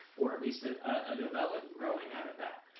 or at least a ah novella, growing out of that.